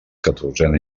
catorzena